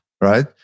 right